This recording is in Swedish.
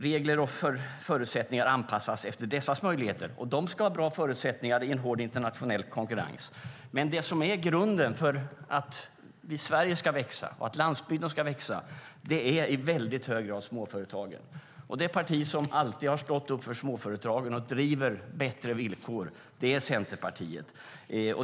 Regler och förutsättningar anpassas efter dessas möjligheter, och de ska ha bra förutsättningar i hård internationell konkurrens. Men det som är grunden för att Sverige och landsbygden ska växa är i väldigt hög grad småföretagen. Och det parti som alltid har stått upp för småföretagen och som driver bättre villkor för dem är Centerpartiet.